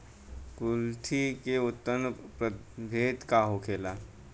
कुलथी के उन्नत प्रभेद का होखेला?